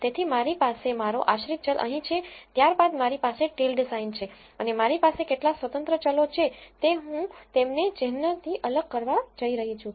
તેથી મારી પાસે મારો આશ્રિત ચલ અહીં છે ત્યારબાદ મારી પાસે ટિલ્ડ સાઇન છે અને મારી પાસે કેટલા સ્વતંત્ર ચલો છે તે હું તેમને ચિહ્નથી અલગ કરવા જઇ રહી છું